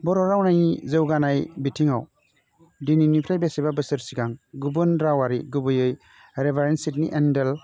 बर' रावनि जौगानाय बिथिङाव दिनैनिफ्राइ बेसेबा बोसोर सिगां गुबुन रावआरि गुबैयै रेभारेन सिडनि एन्डेल